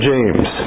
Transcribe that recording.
James